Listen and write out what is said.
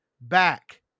back